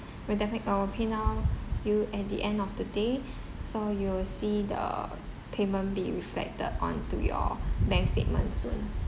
we'll definitely uh will PayNow you at the end of the day so you will see the payment be reflected onto your bank statement soon